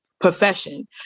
profession